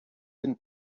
він